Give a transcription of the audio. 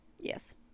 Yes